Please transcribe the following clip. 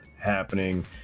happening